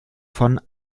von